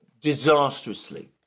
disastrously